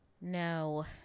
No